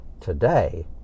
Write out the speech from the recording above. today